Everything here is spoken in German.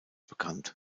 bekannt